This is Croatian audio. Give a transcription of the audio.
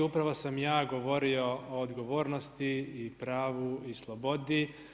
Upravo sam ja govorio o odgovornosti i pravu i slobodi.